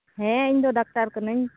ᱦᱮᱸ ᱤᱧ ᱫᱚ ᱰᱟᱠᱛᱟᱨ ᱠᱟᱹᱱᱟᱹᱧ